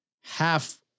half